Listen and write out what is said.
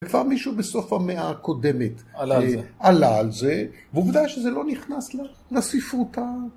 כבר מישהו בסוף המאה הקודמת עלה על זה, ועובדה שזה לא נכנס לספרות ה...